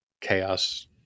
chaos